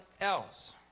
else